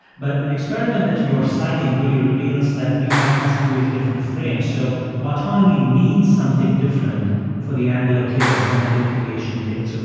but the experiment that you're citing really reveals that we have in some ways different frames. so autonomy means something different for the anglo kids than it did for the asian kids. so